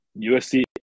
USC